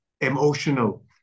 emotional